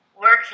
working